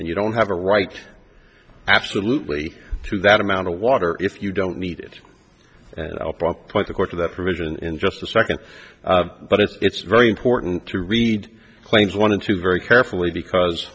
and you don't have a right absolutely to that amount of water if you don't need it and i'll probably point the court to that provision in just a second but it's it's very important to read claims one and two very carefully because